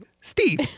Steve